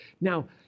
Now